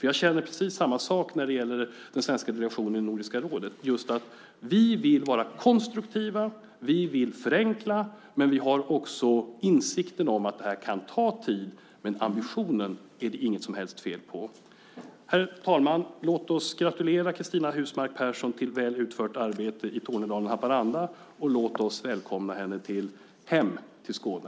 Jag känner precis samma sak när det gäller den svenska delegationen i Nordiska rådet. Vi vill vara konstruktiva. Vi vill förenkla. Vi har också insikten att det här kan ta tid, men ambitionen är det inget som helst fel på. Herr talman! Låt oss gratulera Cristina Husmark Pehrsson till ett väl utfört arbete i Tornedalen/Haparanda och låt oss välkomna henne "hem" till Skåne!